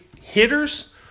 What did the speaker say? hitters